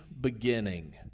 beginning